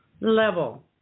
level